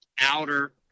outer